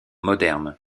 moderne